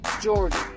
Georgia